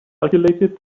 calculated